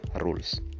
rules